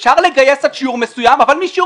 אפשר לגייס עד שיעור מסוים אבל משיעור